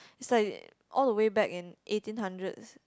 it's like all the way back in eighteen hundreds